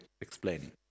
explaining